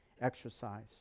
exercise